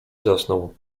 zasnął